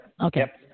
Okay